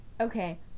Okay